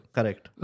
Correct